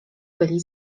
byli